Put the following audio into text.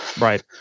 Right